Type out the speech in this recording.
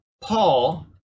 Paul